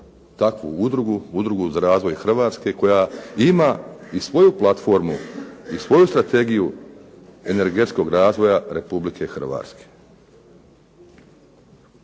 takvu udrugu, udrugu "Za razvoj Hrvatske" koja ima i svoju platformu i svoju strategiju energetskog razvoja Republike Hrvatske.